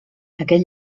aquest